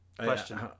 question